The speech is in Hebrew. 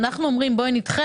אנחנו אומרים: בואו נדחה?